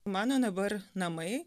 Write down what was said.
mano dabar namai